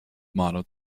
motto